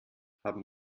haben